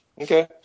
Okay